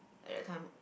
at that time